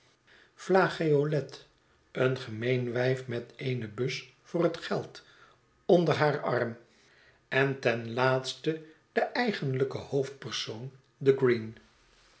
flageolet een gemeen wijf met eene bus voor het geld onder haar arm en ten laatste den eigenlijken hoofdpersoon den